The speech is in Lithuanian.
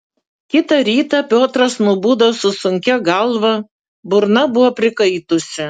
kitą rytą piotras nubudo su sunkia galva burna buvo prikaitusi